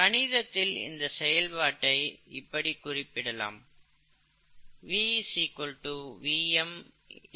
கணிதத்தில் இந்த செயல்பாட்டை இப்படி குறிப்பிடலாம் V VmS Km S